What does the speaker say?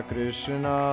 Krishna